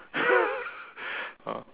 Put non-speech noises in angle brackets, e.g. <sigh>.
<laughs> ah